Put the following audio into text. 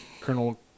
Colonel